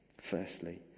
Firstly